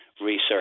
research